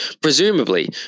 Presumably